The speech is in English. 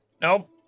Nope